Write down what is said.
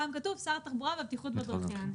פעם כתוב 'שר התחבורה והבטיחות בדרכים',